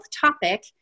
topic